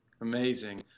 Amazing